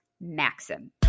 maxim